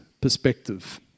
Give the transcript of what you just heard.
perspective